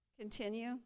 Continue